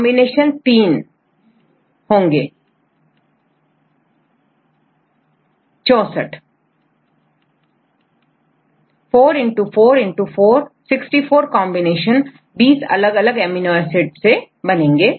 combination अर्थात कितने होंगे स्टूडेंट64 किंतु4 4464 कांबिनेशन 20 अलग अलग एमिनो एसिड है